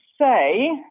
say